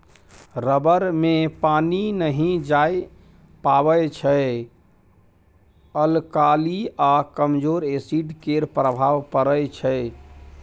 rubber मे पानि नहि जाए पाबै छै अल्काली आ कमजोर एसिड केर प्रभाव परै छै